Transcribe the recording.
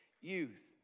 youth